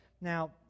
Now